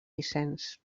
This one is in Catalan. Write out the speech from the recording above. vicenç